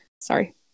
Sorry